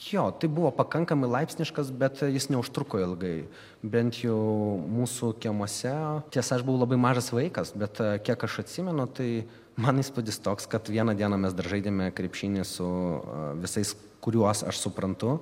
jo tai buvo pakankamai laipsniškas bet jis neužtruko ilgai bent jau mūsų kiemuose tiesa aš buvau labai mažas vaikas bet kiek aš atsimenu tai man įspūdis toks kad vieną dieną mes dar žaidėme krepšinį su visais kuriuos aš suprantu